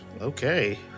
Okay